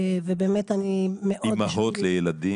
אימהות לילדים.